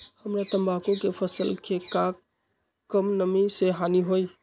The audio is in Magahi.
हमरा तंबाकू के फसल के का कम नमी से हानि होई?